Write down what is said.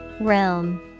Realm